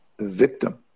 victim